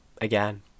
again